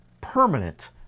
permanent